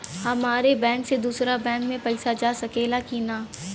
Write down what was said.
हमारे बैंक से दूसरा बैंक में पैसा जा सकेला की ना?